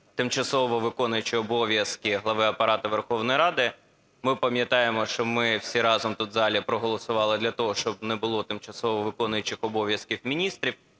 тимчасово виконуючий обов'язки глави Апарату Верховної Ради. Ми пам'ятаємо, що ми всі разом тут в залі проголосували для того, щоб не було тимчасово виконуючих обов'язки міністрів.